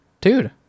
dude